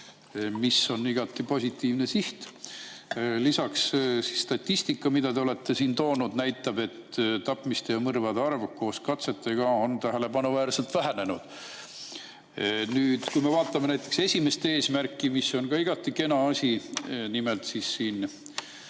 mis on igati positiivne siht. Lisaks statistika, mis te olete siin toonud, näitab, et tapmiste ja mõrvade arv koos katsetega on tähelepanuväärselt vähenenud. Nüüd, kui me vaatame näiteks esimest eesmärki, mis on ka igati kena asi – nimelt ohvriabi